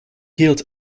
heals